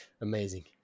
amazing